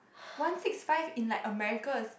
one six five in like America